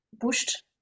pushed